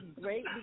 great